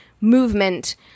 movement